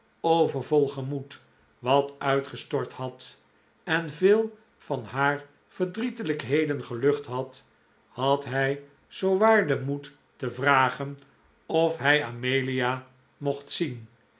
overvol gemoed wat uitgestort had en veel van haar verdrietelijkheden gelucht had had hij zoowaar den moed te vragen of hij amelia mocht zien